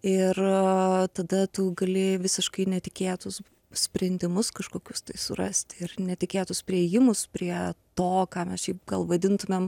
ir tada tu galėji visiškai netikėtus sprendimus kažkokius tai surasti ir netikėtus priėjimus prie to ką mes šiaip gal vadintumėm